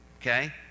okay